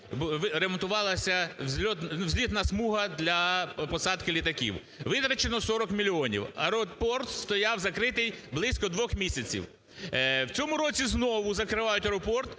ремонтувалася злітна смуга для посадки літаків. Витрачено 40 мільйонів. Аеропорт стояв закритий близько двох місяців. В цьому році знову закривають аеропорт